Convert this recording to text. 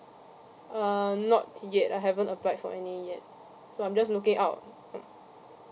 uh not yet I haven't applied for any yet so I'm just looking out